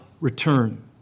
return